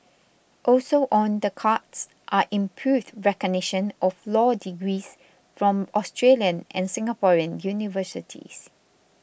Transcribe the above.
also on the cards are improved recognition of law degrees from Australian and Singaporean universities